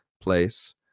place